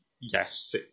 yes